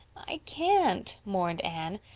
i can't, mourned anne.